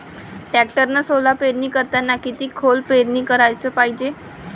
टॅक्टरनं सोला पेरनी करतांनी किती खोल पेरनी कराच पायजे?